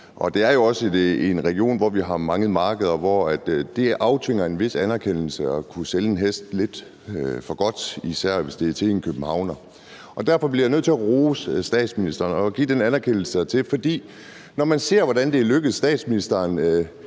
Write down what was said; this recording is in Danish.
det er jo også en region, hvor vi har mange markeder, hvor det aftvinger en vis anerkendelse at kunne sælge en hest lidt for godt, især hvis det er til en københavner. Derfor bliver jeg nødt til at rose statsministeren og give den anerkendelse, der skal til, for når man ser, hvordan det er lykkedes statsministeren